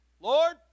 Lord